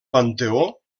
panteó